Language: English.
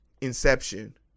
inception